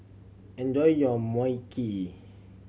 enjoy your Mui Kee